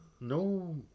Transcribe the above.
no